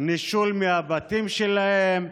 נישול מהבתים שלהן,